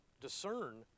discern